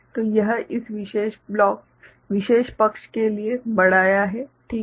तो यह इस विशेष पक्ष के लिए बढ़ाया है ठीक है